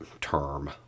term